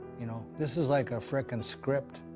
you know, this is like a frickin' script.